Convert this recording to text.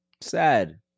Sad